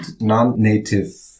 non-native